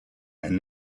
and